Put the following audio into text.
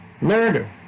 murder